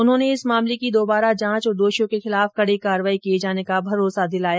उन्होंने इस मामले की ेदोबारा जांच और दोषियों के खिलाफ कड़ी कार्रवाई किए जाने का भरोसा दिलाया